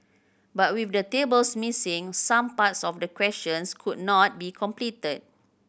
but with the tables missing some parts of the questions could not be completed